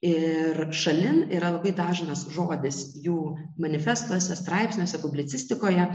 ir šalin yra labai dažnas žodis jų manifestuose straipsniuose publicistikoje